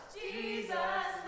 jesus